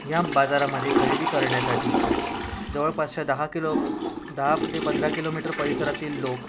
या बाजारामध्ये खरेदी करण्यासाठी जवळपासच्या दहा किलो दहा ते पंधरा किलोमीटर परिसरातील लोक